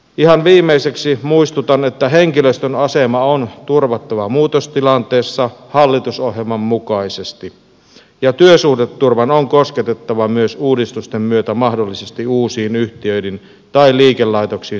ihan viimeiseksi muistutan että henkilöstön asema on turvattava muutostilanteessa hallitusohjelman mukaisesti ja työsuhdeturvan on kosketettava myös uudistusten myötä mahdollisesti uusiin yhtiöihin tai liikelaitoksiin siirtyvää henkilöstöä